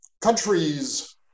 countries